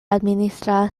administra